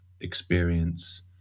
experience